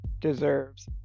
deserves